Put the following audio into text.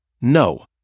No